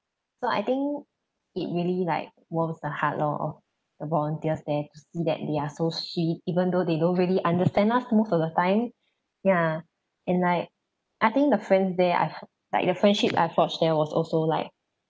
so I think it really like worth the hard lor the volunteers there to see that they are so sweet even though they don't really understand us most of the time ya and like I think the friends there I f~ like the friendship I forged there was also like